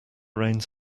reins